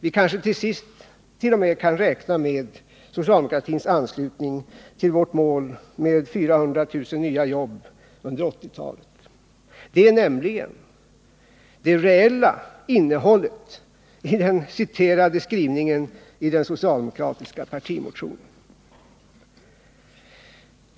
Vi kanske till sist t.o.m. kan räkna med socialdemokratins anslutning till vårt mål på 400 000 nya jobb under 1980-talet. Det är nämligen det reella innehållet i den citerade skrivningen i den socialdemokratiska partimotionen.